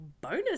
bonus